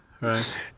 right